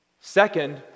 Second